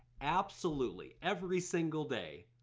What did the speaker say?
absolutely every single day,